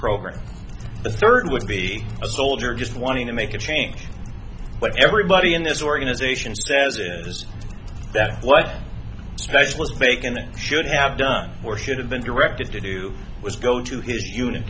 program the third would be a soldier just wanting to make a change but everybody in this organization says it was that one specialist bacon should have done or should have been directed to do was go to his unit